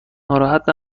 ناراحت